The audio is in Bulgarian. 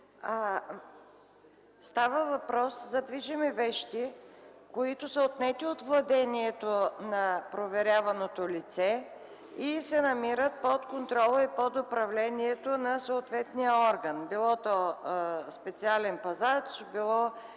Става въпрос за движими вещи, които са отнети от владението на проверяваното лице и се намират под контрола и под управлението на съответния орган – било то специален пазач, било